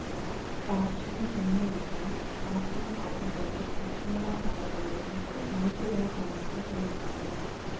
cashmere ಉಣ್ಣೆಯನ್ನ cashmere ಆಡುಗಳು, ಪಶ್ಮಿನಾ ಆಡುಗಳು ಮತ್ತೆ ಮೇಕೆಗಳ ತಳಿಯಿಂದ ಪಡೀತಾರೆ